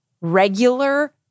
regular